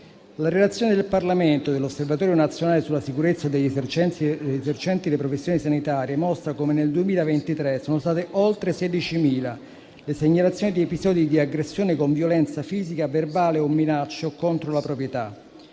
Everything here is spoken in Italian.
La relazione al Parlamento dell'Osservatorio nazionale sulla sicurezza degli esercenti le professioni sanitarie e sociosanitarie mostra come nel 2023 siano state oltre 16.000 le segnalazioni di episodi di aggressione, con violenza fisica o verbale, minacce o contro la proprietà.